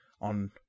on